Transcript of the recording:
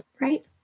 Right